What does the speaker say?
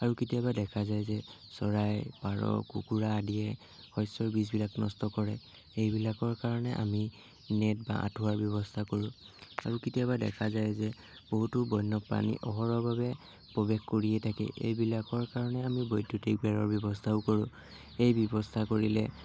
আৰু কেতিয়াবা দেখা যায় যে চৰাই পাৰ কুকুৰা আদিয়ে শস্যৰ বীজবিলাক নষ্ট কৰে সেইবিলাকৰ কাৰণে আমি নেট বা আঁঠুৱাৰ ব্যৱস্থা কৰোঁ আৰু কেতিয়াবা দেখা যায় যে বহুতো বন্যপ্ৰানী অহৰহভাৱে প্ৰৱেশ কৰিয়ে থাকে এইবিলাকৰ কাৰণে আমি বৈদ্যুতিক বেৰৰ ব্যৱস্থাও কৰোঁ সেই ব্যৱস্থা কৰিলে